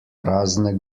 prazne